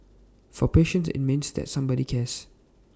for patients IT means that somebody cares